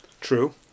True